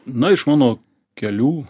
na iš mano kelių